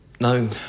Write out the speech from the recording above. No